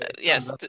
Yes